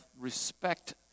respect